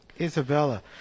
isabella